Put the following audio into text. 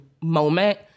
moment